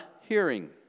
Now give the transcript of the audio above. hearing